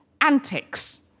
antics